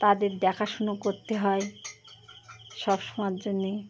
তাদের দেখাশুনা করতে হয় সব সময় জন্যে